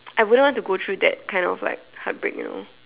I wouldn't want to go through that kind of like heartbreak you know